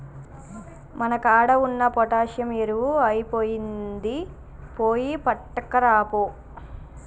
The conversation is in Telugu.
మన కాడ ఉన్న పొటాషియం ఎరువు ఐపొయినింది, పోయి పట్కరాపో